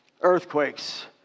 Earthquakes